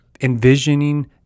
envisioning